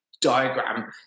diagram